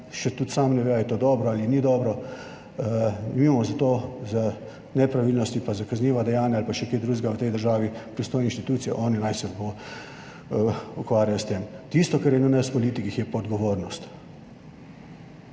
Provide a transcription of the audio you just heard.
še tudi sam ne ve ali je to dobro ali ni dobro. Mi imamo za to, za nepravilnosti pa za kazniva dejanja ali pa še kaj drugega v tej državi pristojne inštitucije, oni naj se ukvarjajo s tem, tisto, kar je na nas politikih, je pa odgovornost,